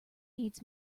needs